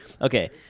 Okay